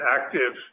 active